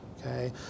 Okay